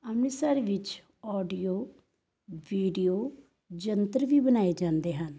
ਅੰਮ੍ਰਿਤਸਰ ਵਿੱਚ audio video ਯੰਤਰ ਵੀ ਬਣਾਏ ਜਾਂਦੇ ਹਨ